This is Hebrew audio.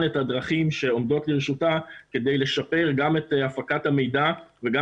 את הדרכים שעומדות לרשותה כדי לשפר גם את הפקת המידע וגם